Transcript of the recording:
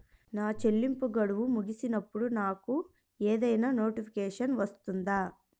నా చెల్లింపు గడువు ముగిసినప్పుడు నాకు ఏదైనా నోటిఫికేషన్ వస్తుందా?